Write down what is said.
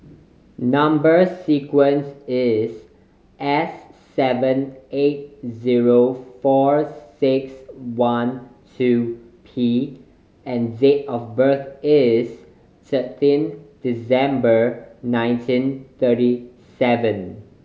number sequence is S seven eight zero four six one two P and date of birth is thirteen December nineteen thirty seven